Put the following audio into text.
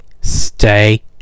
Stay